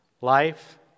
Life